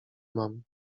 mam